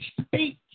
speak